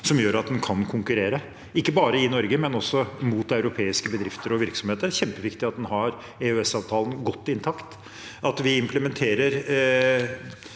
som gjør at en kan konkurrere ikke bare i Norge, men også mot europeiske bedrifter og virksomheter. Det er kjempeviktig at vi har EØS-avtalen godt intakt. Jeg mener